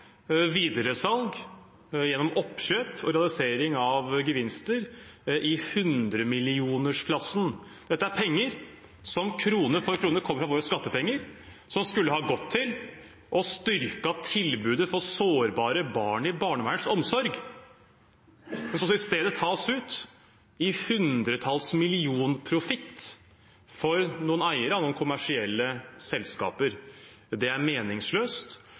videresalg, oppkjøp og realisering av gevinster i hundremillionersklassen. Dette er penger som krone for krone kommer fra våre skattepenger, som skulle ha gått til å styrke tilbudet for sårbare barn i barnevernets omsorg, og som i stedet tas ut i profitt på hundretalls millioner av eierne av noen kommersielle selskaper. Det er meningsløst.